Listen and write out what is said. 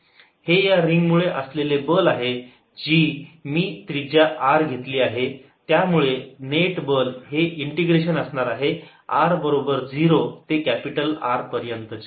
हे या रिंग मुळे असलेले बल आहे जि मी त्रिज्या r घेतली आहे त्यामुळे नेट बल हे इंटिग्रेशन असणार आहे r बरोबर 0 ते कॅपिटल R पर्यंतचे